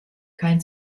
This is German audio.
kein